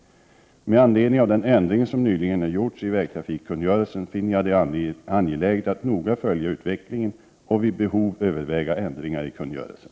Med anledning av den ändring som nyligen har gjorts i vägtrafikkungörelsen finner jag det angeläget att noga följa utvecklingen och vid behov överväga ändringar i kungörelsen.